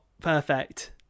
perfect